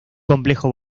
complejo